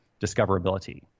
discoverability